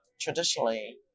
traditionally